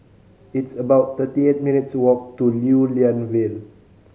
it's about thirty eight minutes' walk to Lew Lian Vale